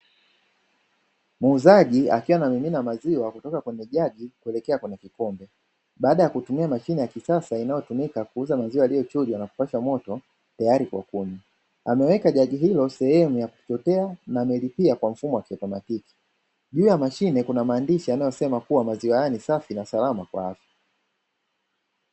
Muuzaji akiwa anamimina maziwa kutoka kwenye jagi kuelekea kwenye kikombe baada ya kutumia mashine ya kisasa inayotumika kuuza maziwa yaliyochujwa na kupashwa moto tayari kwa kunywa. Ameweka jagi hilo sehemu ya kuchotea na amelipia kwa mfumo wa kiatomatiki. Juu ya mashine kuna maandishi yanayosema kuwa maziwa haya ni safi na salama kwa afya.